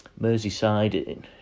Merseyside